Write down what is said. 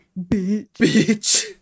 Bitch